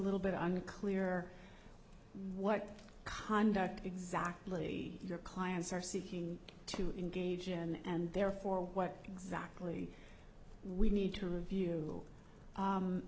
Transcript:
little bit unclear what conduct exactly your clients are seeking to engage in and therefore what exactly we need to rev